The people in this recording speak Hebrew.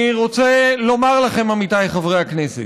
אני רוצה לומר לכם, עמיתיי חברי הכנסת: